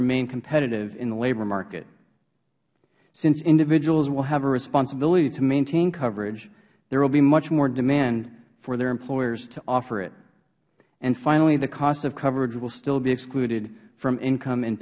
remain competitive in the labor market since individuals will have a responsibility to maintain coverage there will be much more demand for their employers to offer it finally the cost of coverage will still be excluded from income